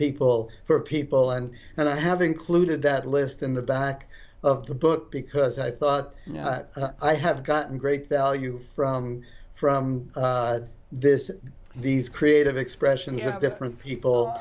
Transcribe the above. people for people and and i have included that list in the back of the book because i thought you know i have gotten great value from from this these creative expressions of different people